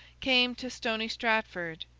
came to stony stratford,